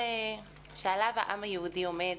שעליו העם היהודי עומד,